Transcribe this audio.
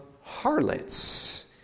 harlots